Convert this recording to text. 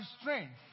strength